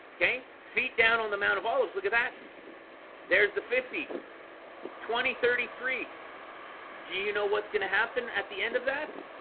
okay feet down on the mount of olives look at that there's the fifty twenty thirty three do you know what's gonna happen at the end of that?